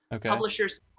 publishers